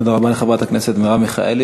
תודה רבה לחברת הכנסת מרב מיכאלי.